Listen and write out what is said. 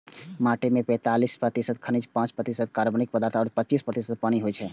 माटि मे पैंतालीस प्रतिशत खनिज, पांच प्रतिशत कार्बनिक पदार्थ आ पच्चीस प्रतिशत पानि होइ छै